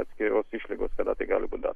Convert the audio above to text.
atskiros išlygos kada tai gali būt daroma